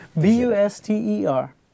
B-U-S-T-E-R